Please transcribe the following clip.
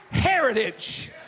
Heritage